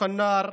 (אומר בערבית: